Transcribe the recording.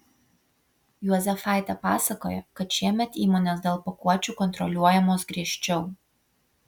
juozefaitė pasakoja kad šiemet įmonės dėl pakuočių kontroliuojamos griežčiau